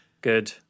Good